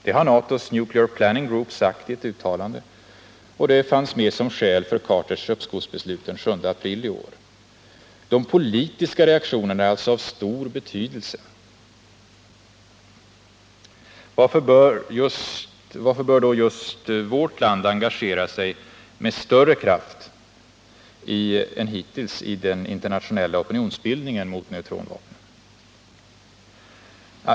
Det har NATO:s nuclear planning group sagt i ett uttalande, och det fanns med som skäl för Carters uppskovsbeslut den 7 april i år. De politiska reaktionerna är alltså av stor betydelse. Varför bör då just vårt land engagera sig med större kraft än någonsin i den internationella opinionsbildningen mot neutronvapnen?